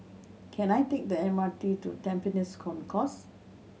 can I take the M R T to Tampines Concourse